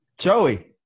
Joey